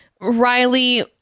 Riley